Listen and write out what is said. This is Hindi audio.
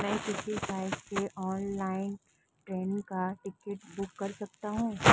मैं किस साइट से ऑनलाइन ट्रेन का टिकट बुक कर सकता हूँ?